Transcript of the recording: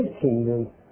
kingdom